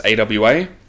AWA